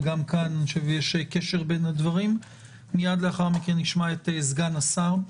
וגם כאן אני חושב שיש קשר בין הדברים; מייד לאחר מכן נשמע את סגן השר,